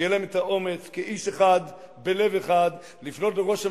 שיהיה להם האומץ כאיש אחד בלב אחד לפנות לראש הממשלה,